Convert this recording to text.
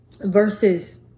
versus